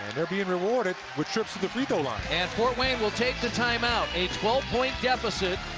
they're being rewarded with trips to the free-throw line. and fort wayne will take the time-out, a twelve point deficit.